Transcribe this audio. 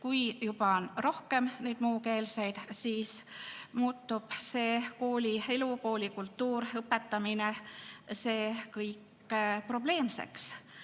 on juba rohkem muukeelseid, siis muutub koolielu, kooli kultuur, õpetamine kõik probleemseks.